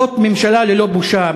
זאת ממשלה ללא בושה,